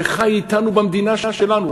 שחי במדינה שלנו,